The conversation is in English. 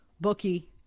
bookie